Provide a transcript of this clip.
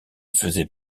faisait